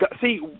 see